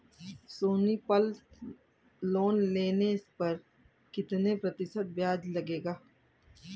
सोनी पल लोन लेने पर कितने प्रतिशत ब्याज लगेगा?